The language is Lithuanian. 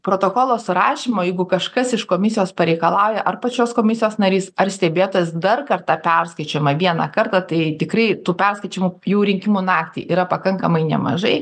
protokolo surašymo jeigu kažkas iš komisijos pareikalauja ar pačios komisijos narys ar stebėtojas dar kartą perskaičiuojama vieną kartą tai tikrai tų perskaičiavimų jau rinkimų naktį yra pakankamai nemažai